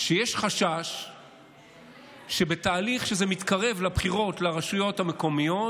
שיש חשש שבתהליך שזה מתקרב לבחירות לרשויות המקומיות,